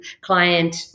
client